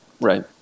Right